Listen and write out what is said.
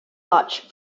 large